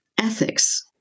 ethics